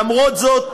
למרות זאת,